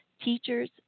Teachers